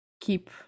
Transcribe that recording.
keep